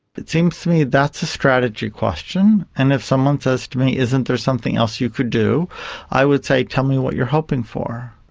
it seems to me that's a strategy question, and if someone says to me, isn't there something else you could do i would say, tell me what you're hoping for.